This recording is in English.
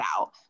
out